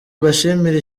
mbashimire